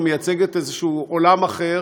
שמייצגת איזה עולם אחר,